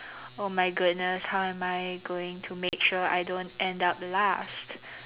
oh my goodness how am I going to make sure I don't end up last